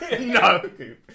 No